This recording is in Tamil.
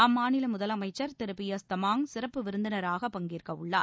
அம்மாநில முதலமைச்சர் திரு பி எஸ் தமாங் சிறப்பு விருந்தினராக பங்கேற்கவுள்ளார்